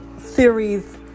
series